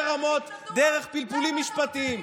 אנחנו לא צריכים לרמות דרך פלפולים משפטיים,